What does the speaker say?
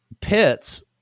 pits